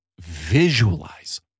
visualize